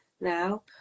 now